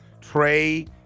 Trey